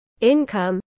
income